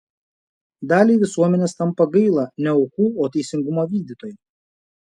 daliai visuomenės tampa gaila ne aukų o teisingumo vykdytojo